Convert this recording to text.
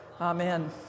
amen